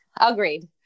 agreed